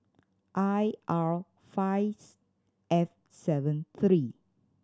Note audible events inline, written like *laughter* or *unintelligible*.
I R five *unintelligible* eight seven three